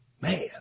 man